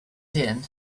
din